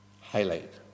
highlight